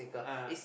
ah